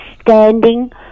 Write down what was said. standing